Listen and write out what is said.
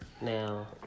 now